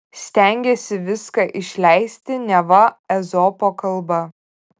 stengėsi viską išleisti neva ezopo kalba